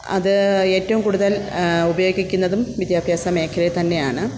അത് ഏറ്റവും കൂടുതൽ ഉപയോഗിക്കുന്നതും വിദ്യാഭ്യാസ മേഘലയിൽ തന്നെയാണ്